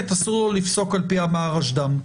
אסור לו לפסוק על פי המהרשד"ם.